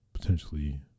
potentially